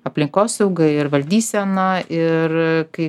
aplinkosauga ir valdysena ir kai